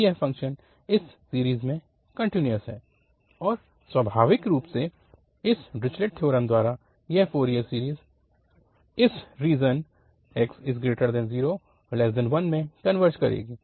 तो यह फ़ंक्शन इस सीरीज़ में कन्टिन्यूअस है और स्वाभाविक रूप से इस डिरिच्लेट थ्योरम द्वारा यह फ़ोरियर सीरीज़ इस रीजन 0x1 में कनवर्ज करेगी